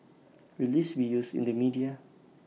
will this be used in the media